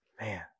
Man